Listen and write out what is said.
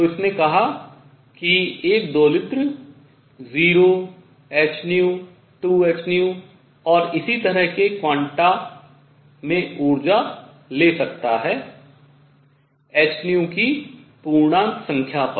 तो इसने कहा कि एक दोलित्र 0 hν 2hνऔर इसी तरह के क्वांटा में ऊर्जा ले सकता है hν की पूर्णांक संख्या पर